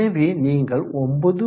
எனவே நீங்கள் 9